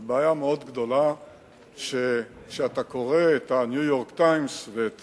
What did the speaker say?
זו בעיה מאוד גדולה כשאתה קורא את ה"ניו-יורק טיימס" ואת